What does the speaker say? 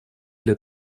для